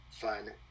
fun